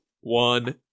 one